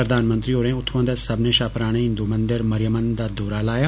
प्रधानमंत्री होरें उत्थुआं दे सब्बने शा पराने हिंदु मंदिर मरियमन दा दौरा लाया